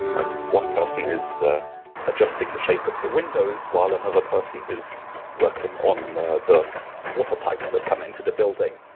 like one person is ah adjusting the shape of the window while another person is working on the the water pipes that come into the building.